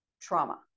trauma